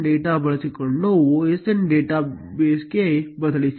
osndata ಬಳಸಿಕೊಂಡು osn ಡೇಟಾಬೇಸ್ಗೆ ಬದಲಿಸಿ